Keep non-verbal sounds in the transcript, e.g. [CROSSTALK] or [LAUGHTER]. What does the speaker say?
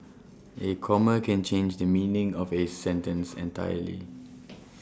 A comma can change the meaning of A sentence entirely [NOISE]